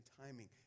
timing